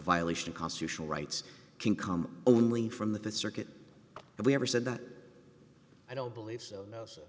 violation of constitutional rights can come only from the th circuit but we never said that i don't believe so notion